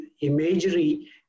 imagery